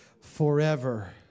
forever